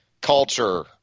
culture